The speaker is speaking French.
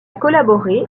collaboré